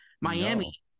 Miami